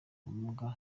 ubumuga